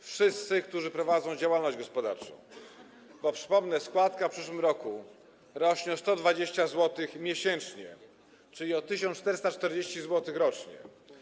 Wszyscy, którzy prowadzą działalność gospodarczą, bo przypomnę: składka w przyszłym roku rośnie o 120 zł miesięcznie, czyli o 1440 zł rocznie.